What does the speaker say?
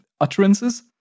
utterances